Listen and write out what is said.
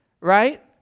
Right